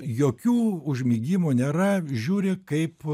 jokių užmigimų nėra žiūri kaip